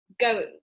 go